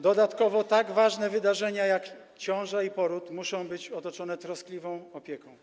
Dodatkowo tak ważne wydarzenia jak ciąża i poród muszą być otoczone troskliwą opieką.